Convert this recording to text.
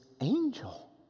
angel